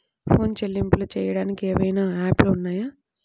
Phone చెల్లింపులు చెయ్యటానికి ఏవైనా యాప్లు ఉన్నాయా?